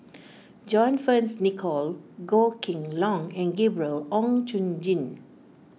John Fearns Nicoll Goh Kheng Long and Gabriel Oon Chong Jin